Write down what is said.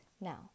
Now